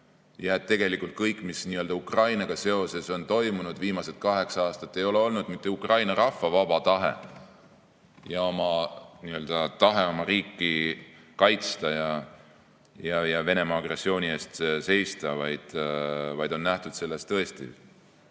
et tegelikult kõik, mis nii-öelda Ukrainaga seoses on toimunud viimased kaheksa aastat, ei ole olnud mitte Ukraina rahva vaba tahe ja tahe oma riiki kaitsta ja Venemaa agressiooni vastu seista, vaid selles nähakse tõesti